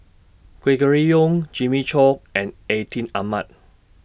Gregory Yong Jimmy Chok and Atin Amat